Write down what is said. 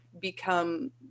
become